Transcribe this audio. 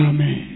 Amen